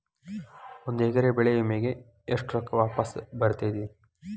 ಒಂದು ಎಕರೆ ಬೆಳೆ ವಿಮೆಗೆ ಎಷ್ಟ ರೊಕ್ಕ ವಾಪಸ್ ಬರತೇತಿ?